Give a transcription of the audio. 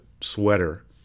sweater